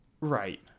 Right